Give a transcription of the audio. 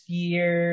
year